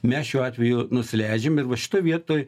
mes šiuo atveju nusileidžiam ir va šitoj vietoj